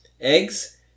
eggs